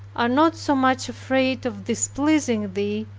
are not so much afraid of displeasing thee,